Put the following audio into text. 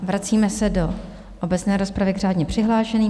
Vracíme se do obecné rozpravy k řádně přihlášeným.